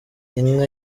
inka